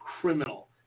criminal